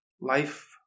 life